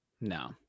No